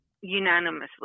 unanimously